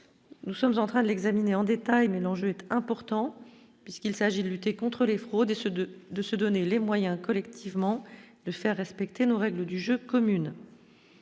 nous sommes en train de l'examiner en détail, mais l'enjeu est important puisqu'il s'agit de lutter contre les fraudes et ce de de se donner les moyens collectivement de faire respecter nos règles du jeu communes